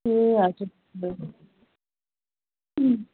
ए हजुर